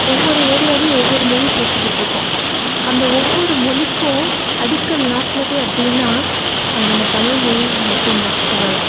ஒவ்வொரு ஏரியாலேயும் ஒவ்வொரு மொழி பேசிக்கிட்டிருக்கோம் அந்த ஒவ்வொரு மொழிக்கும் அடிக்கல் நாட்டினது அப்படின்னா அது நம்ம தமிழ்மொழி மட்டுந்தான் சொல்லலாம்